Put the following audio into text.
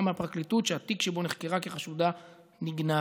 מהפרקליטות שהתיק שבו נחקרה כחשודה נגנז,